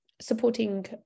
supporting